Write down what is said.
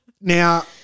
Now-